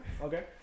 Okay